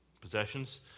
Possessions